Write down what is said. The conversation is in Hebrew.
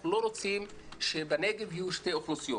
אנחנו לא רוצים שבנגב יהיו שתי אוכלוסיות,